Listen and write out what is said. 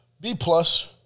B-plus